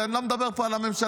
ואני לא מדבר פה על הממשלה,